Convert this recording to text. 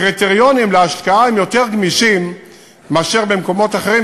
הקריטריונים להשקעה הם יותר גמישים מאשר במקומות אחרים,